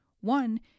one